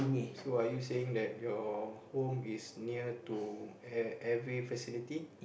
so are you saying that your home is near to e~ every facility